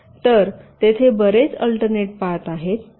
तर तेथे बरेच अल्टर्नेट पाथ आहेत